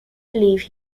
believe